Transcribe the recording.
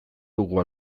dugu